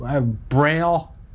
braille